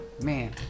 man